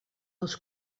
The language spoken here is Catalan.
els